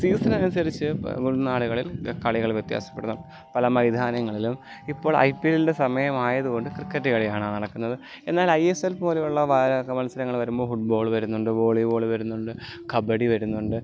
സീസണൻസരിച്ച് ഇപ്പം ഉൾനാടുകളിൽ കളികൾ വ്യത്യാസപ്പെടുന്ന പല മൈതാനങ്ങളിലും ഇപ്പോൾ ഐ പി എൽൻ്റെ സമയമായത് കൊണ്ട് ക്രിക്കറ്റ് കളിയാണ് നടക്കുന്നത് എന്നാൽ ഐ എസ് എൽ പോലെയുള്ള വായക്ക മത്സരങ്ങൾ വരുമ്പോൾ ഫുഡ്ബോള് വരുന്നുണ്ട് വോളീബോള് വരുന്നുണ്ട് കബഡി വരുന്നുണ്ട്